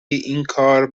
اینکار